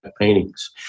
paintings